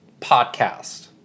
podcast